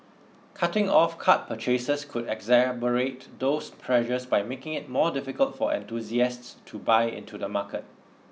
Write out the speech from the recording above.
cutting off card purchases could exacerbate those pressures by making it more difficult for enthusiasts to buy into the market